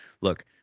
look